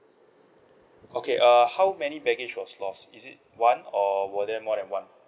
okay err how many baggage was lost is it one or were there more than one